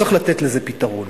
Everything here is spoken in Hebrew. צריך לתת לזה פתרון.